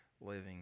living